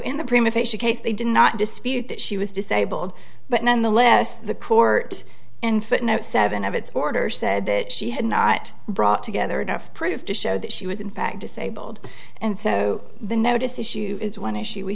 case they did not dispute that she was disabled but nonetheless the court in footnote seven of its order said that she had not brought together enough proof to show that she was in fact disabled and so the notice issue is one issue we